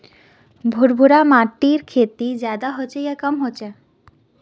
भुर भुरा माटिर खेती ज्यादा होचे या कम होचए?